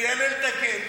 אני אעלה לתקן.